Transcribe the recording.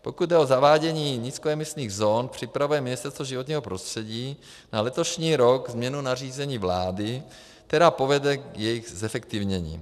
Pokud jde o zavádění nízkoemisních zón, připravuje Ministerstvo životního prostředí na letošní rok změnu nařízení vlády, která povede k jejich zefektivnění.